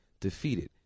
defeated